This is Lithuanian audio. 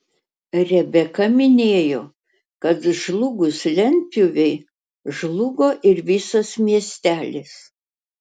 rebeka minėjo kad žlugus lentpjūvei žlugo ir visas miestelis